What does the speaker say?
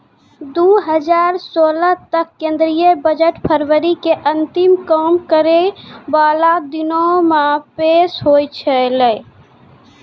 दु हजार सोलह तक केंद्रीय बजट फरवरी के अंतिम काम करै बाला दिनो मे पेश होय छलै